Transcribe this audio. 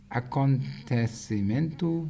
acontecimento